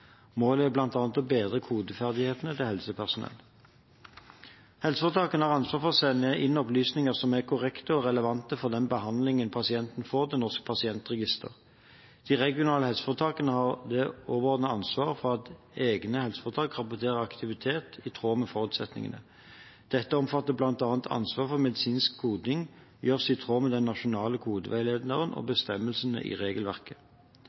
Målet er bl.a. å bedre kodeferdighetene til helsepersonell. Helseforetakene har ansvaret for å sende inn opplysninger som er korrekte og relevante for den behandlingen pasientene får, til Norsk pasientregister. De regionale helseforetakene har det overordnede ansvaret for at egne helseforetak rapporterer aktivitet i tråd med forutsetningene. Dette omfatter bl.a. ansvaret for at medisinsk koding gjøres i tråd med den nasjonale kodeveiledningen og bestemmelsene i regelverket.